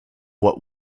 what